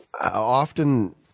often